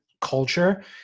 culture